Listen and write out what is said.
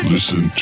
Listen